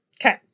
okay